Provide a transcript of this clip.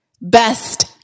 Best